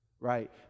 Right